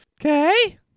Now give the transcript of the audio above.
Okay